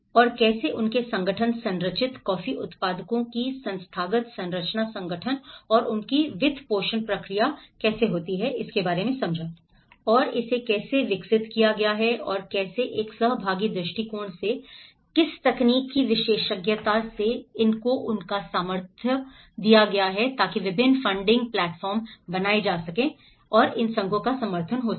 और कैसे उनके संगठन संरचित कॉफी उत्पादकों की संस्थागत संरचना संगठन और उनकी वित्तपोषण प्रक्रिया कैसे होती है और इसे कैसे विकसित किया गया है और कैसे एक सहभागी दृष्टिकोण से कैसे तकनीकी विशेषज्ञता ने इसमें उनका समर्थन किया है ताकि विभिन्न फंडिंग प्लेटफ़ॉर्म कैसे बनाए गए हैं इन संघों का समर्थन करें